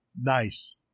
Nice